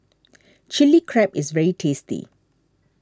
Chili Crab is very tasty